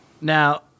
Now